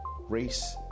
race